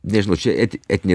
nežinau čia etiniai